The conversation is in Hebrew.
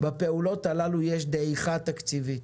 בפעולות הללו יש דעיכה תקציבית